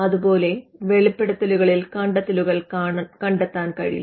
അതുപോലെ വെളിപ്പെടുത്തലുകളിൽ കണ്ടെത്തലുകൾ കണ്ടെത്താൻ കഴിയും